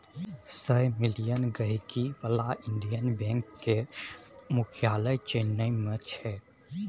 सय मिलियन गांहिकी बला इंडियन बैंक केर मुख्यालय चेन्नई मे छै